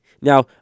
Now